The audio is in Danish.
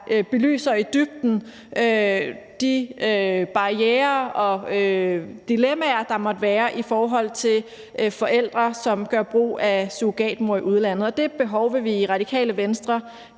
der i dybden belyser de barrierer og dilemmaer, der måtte være i forhold til forældre, som gør brug af surrogatmor i udlandet. Det behov vil vi i Radikale Venstre